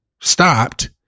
stopped